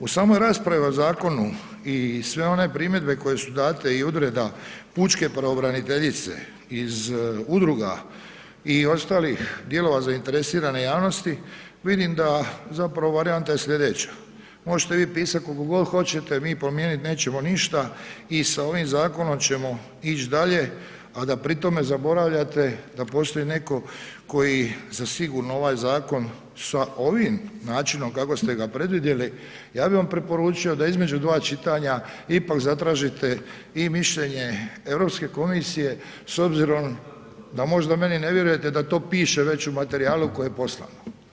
U samoj raspravi o zakonu i sve one primjedbe koje su date i od reda pučke pravobraniteljice iz udruga i ostalih dijelova zainteresirane javnosti, vidim da, zapravo varijanta je slijedeća, možete vi pisati koliko god hoćete, mi promijenit nećemo ništa i sa ovim zakonom ćemo ić dalje, a da pri tome zaboravljate da postoji netko koji za sigurno ovaj zakon sa ovim načinom kako ste ga predvidjeli, ja bi vam preporučio da između dva čitanja ipak zatražite i mišljenje Europske komisije s obzirom da možda meni ne vjerujete da to piše već u materijalu koji je poslano.